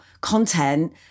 content